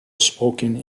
spoken